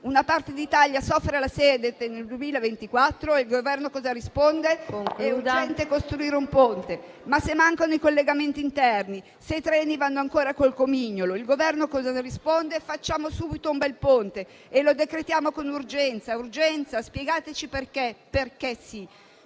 una parte d'Italia soffre la sete nel 2024, il Governo cosa risponde? È urgente costruire un ponte. Ma se mancano i collegamenti interni, se i treni vanno ancora con il comignolo, il Governo cosa risponde? Facciamo subito un bel ponte e lo decretiamo con urgenza. Spiegateci perché? "Perché sì".